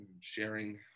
sharing